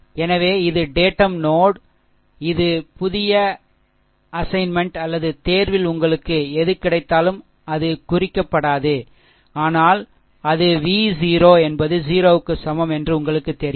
எனவே இது datum note இது புதிய அசைன்மென்ட்பணிகள் அல்லது தேர்வில் உங்களுக்கு எது கிடைத்தாலும் அது குறிக்கப்படாது ஆனால் அது V0 வி 0 என்பது 0 க்கு சமம் என்று உங்களுக்குத் தெரியும்